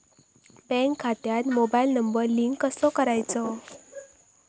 Bank खात्यात mobile number link कसो करायचो?